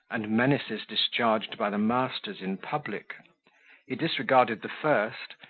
and menaces discharged by the masters in public he disregarded the first,